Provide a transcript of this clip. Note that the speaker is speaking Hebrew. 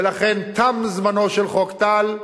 ולכן, תם זמנו של חוק טל.